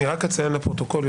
אני רק אציין לפרוטוקול,